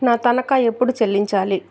నా తనఖా ఎప్పుడు చెల్లించాలి